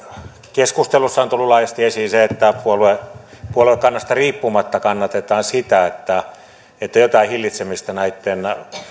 keskustelussa on tullut laajasti esiin se että puoluekannasta riippumatta kannatetaan sitä että että jotain hillitsemistä näitten